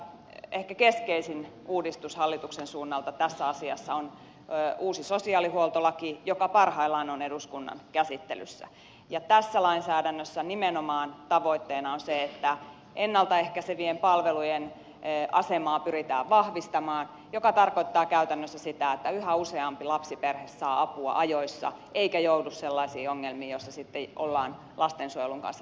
ehkä keskeisin uudistus hallituksen suunnalta tässä asiassa on uusi sosiaalihuoltolaki joka parhaillaan on eduskunnan käsittelyssä ja tässä lainsäädännössä nimenomaan tavoitteena on se että ennalta ehkäisevien palveluiden asemaa pyritään vahvistamaan joka tarkoittaa käytännössä sitä että yhä useampi lapsiperhe saa apua ajoissa eikä joudu sellaisiin ongelmiin joissa sitten ollaan lastensuojelun kanssa tekemisissä